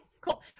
cool